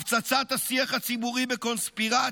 הפצצת השיח הציבורי בקונספירציות,